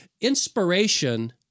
Inspiration